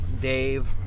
Dave